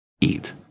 eat